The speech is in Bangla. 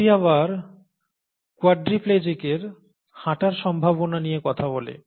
এটি আবার কোয়াড্রিপ্লেজিকের হাঁটার সম্ভাবনা নিয়ে কথা বলে